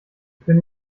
bin